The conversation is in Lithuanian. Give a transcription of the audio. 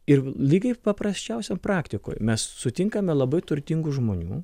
ir lygiai paprasčiausioj praktikoj mes sutinkame labai turtingų žmonių